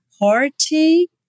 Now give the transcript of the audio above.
party